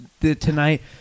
tonight